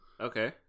Okay